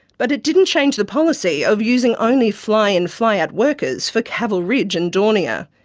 but it didn't change the policy of using only fly-in, fly-out workers for caval ridge and daunia.